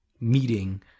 meeting